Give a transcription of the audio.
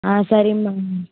ஆ சரிம்மா